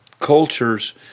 cultures